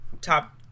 top